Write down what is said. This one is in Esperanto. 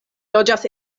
loĝas